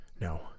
No